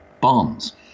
bonds